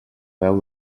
veu